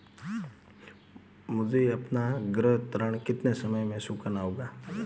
मुझे अपना गृह ऋण कितने समय में चुकाना होगा?